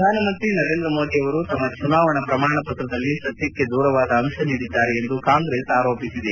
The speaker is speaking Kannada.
ಪ್ರಧಾನಮಂತ್ರಿ ನರೇಂದ್ರ ಮೋದಿ ಅವರು ತಮ್ಮ ಚುನಾವಣಾ ಪ್ರಮಾಣಪತ್ರದಲ್ಲಿ ಸತ್ಯಕ್ಕೆ ದೂರವಾದ ಅಂಶ ನೀಡಿದ್ದಾರೆ ಎಂದು ಕಾಂಗ್ರೆಸ್ ಆರೋಪಿಸಿದೆ